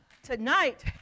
Tonight